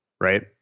right